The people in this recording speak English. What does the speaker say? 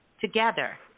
together